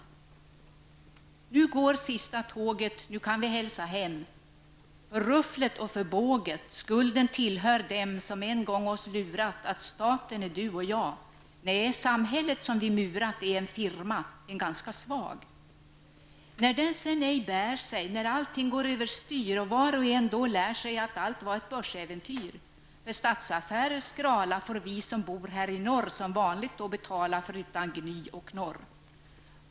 Dikten lyder på följande sätt: nu kan vi hälsa hem, skulden tillhör dem som en gång oss lurat att staten är du och jag, -- nej samhället som vi murat är en firma -- en ganska svag. När den sen ej bär sig, när allting går överstyr, var och en då lär sig, att allt var ett börsäventyr. får vi som bor här i norr förutan gny och knorr.